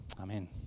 amen